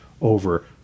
over